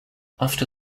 after